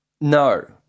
No